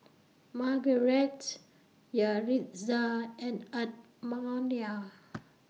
Margarett Yaritza and Edmonia